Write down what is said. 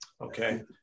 okay